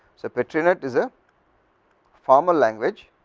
so petri net is a formal languageit